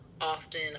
often